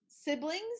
siblings